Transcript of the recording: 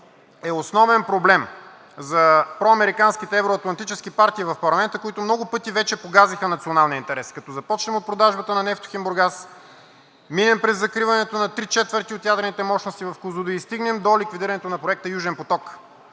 е основен проблем за проамериканските евро-атлантически партии в парламента, които много пъти вече погазиха националния интерес, като започнем от продажбата на „Нефтохим Бургас“, минем през закриването на три четвърти от ядрените мощности в Козлодуй и стигнем до ликвидирането на проекта Южен поток.